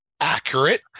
accurate